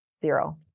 zero